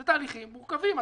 אלה תהליכים מורכבים.